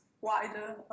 wider